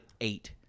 eight